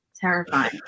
terrifying